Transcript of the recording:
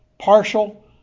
Partial